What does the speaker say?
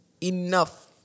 enough